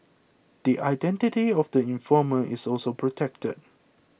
the identity of the informer is also protected